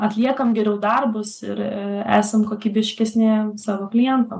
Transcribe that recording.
atliekam geriau darbus ir esam kokybiškesni savo klientam